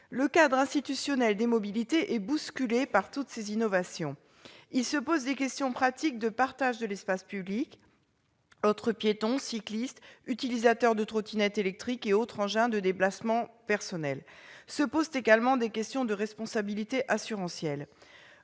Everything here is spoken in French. le cadre institutionnel des mobilités est bousculé par toutes ces innovations. Il se pose des questions pratiques de partage de l'espace public, entre piétons, cyclistes, utilisateurs de trottinettes électriques et autres engins de déplacement personnel ». Se posent également des questions de responsabilité assurantielle.